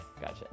gotcha